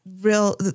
real